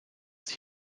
sich